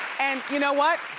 and you know what,